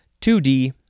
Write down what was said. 2d